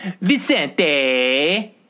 Vicente